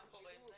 מה קורה עם זה?